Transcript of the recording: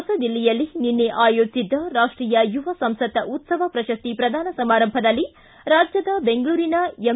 ಹೊಸದಿಲ್ಲಿಯಲ್ಲಿ ನಿನ್ನೆ ಆಯೋಜಿಸಿದ್ದ ರಾಷ್ಟೀಯ ಯುವ ಸಂಸತ್ ಉತ್ತವ ಶ್ರಶಸ್ತಿ ಪ್ರದಾನ ಸಮಾರಂಭದಲ್ಲಿ ರಾಜ್ಯದ ಬೆಂಗಳೂರಿನ ಎಂ